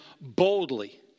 boldly